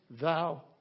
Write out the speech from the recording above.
thou